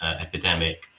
epidemic